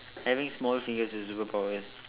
having small finger is superpower